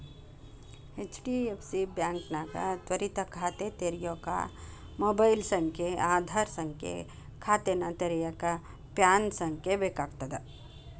HDFC ಬಾಂಕ್ನ್ಯಾಗ ತ್ವರಿತ ಖಾತೆ ತೆರ್ಯೋಕ ಮೊಬೈಲ್ ಸಂಖ್ಯೆ ಆಧಾರ್ ಸಂಖ್ಯೆ ಖಾತೆನ ತೆರೆಯಕ ಪ್ಯಾನ್ ಸಂಖ್ಯೆ ಬೇಕಾಗ್ತದ